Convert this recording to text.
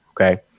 Okay